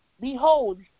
Behold